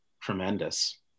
tremendous